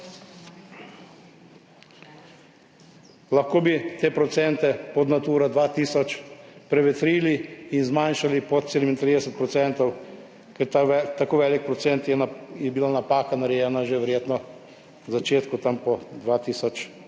Lahko bi te procente pod Naturo 2000 prevetrili in zmanjšali pod 37 %, ker tako velik procent je bila napaka narejena že verjetno v začetku, tam po 2004